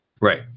Right